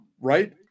right